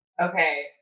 Okay